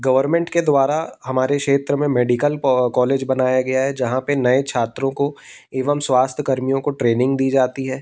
government के द्वारा हमारे क्षेत्र में मेडिकल कॉलेज बनाया गया है जहाँ पे नए छात्रों को एवं स्वास्थ्य कर्मियों को ट्रेनिंग दी जाती है